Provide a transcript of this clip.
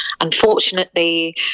unfortunately